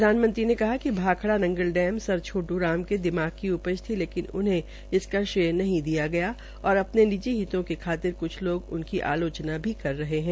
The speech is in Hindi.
प्रधानमंत्री ने कहा कि भाखड़ा नंगल डैम सर छोट्र राम के दिमाग की उपज थी लेकिन उन्हें इसका श्रेय नहीं दिया गया और अपने निजी हितों की खातिर क्छ लोग उनकी आलोचना भी कर रहे है